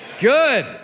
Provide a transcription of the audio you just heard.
Good